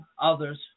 others